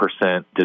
percent